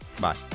Bye